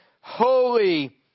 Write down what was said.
Holy